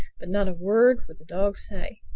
but not a word would the dog say.